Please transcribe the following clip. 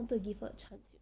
so I want to give her a chance